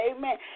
Amen